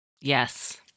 Yes